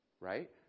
right